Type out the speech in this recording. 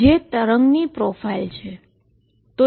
જે પાર્ટીક્લની પ્રોફાઈલ છે